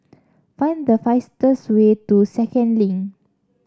find the fastest way to Second Link